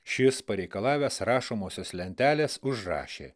šis pareikalavęs rašomosios lentelės užrašė